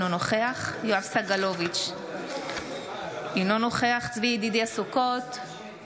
אינו נוכח יואב סגלוביץ' אינו נוכח צבי ידידיה סוכות,